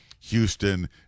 Houston